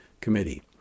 Committee